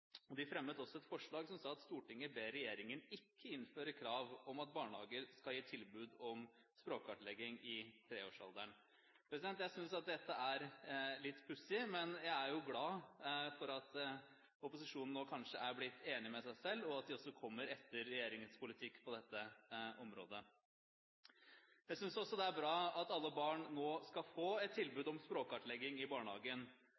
De fremmet også et forslag: «Stortinget ber regjeringen ikke innføre krav om at alle barnehager skal gi tilbud om språkkartlegging ved treårsalderen.» Jeg synes dette er litt pussig, men jeg er jo glad for at opposisjonen nå kanskje er blitt enig med seg selv, og at de kommer etter regjeringens politikk på dette området. Jeg synes også det er bra at alle barn nå skal få et tilbud om språkkartlegging i barnehagen.